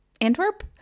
Antwerp